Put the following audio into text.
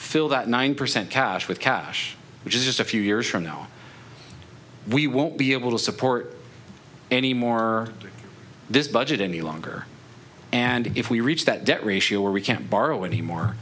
fill that nine percent cash with cash which is just a few years from now we won't be able to support any more of this budget any longer and if we reach that debt ratio where we can't borrow anymore